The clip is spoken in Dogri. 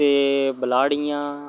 ते ब्लाड़ियां